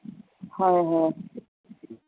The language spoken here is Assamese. হয় হয়